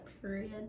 period